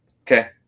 okay